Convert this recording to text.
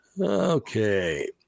Okay